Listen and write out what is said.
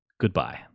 goodbye